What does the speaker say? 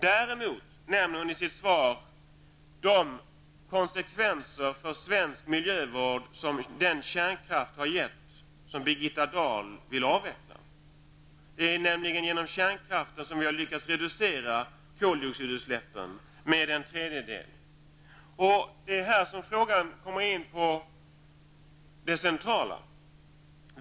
Däremot nämnde Birgitta Dahl i sitt svar de konsekvenser för svensk miljövård som kärnkraften givit upphov till och som Birgitta Dahl vill avveckla. Det är nämligen med hjälp av kärnkraften som vi har lyckats reducera koldioxidutsläppen med en tredjedel. Det är här vi kommer in på den centrala frågan.